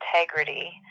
integrity